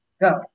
go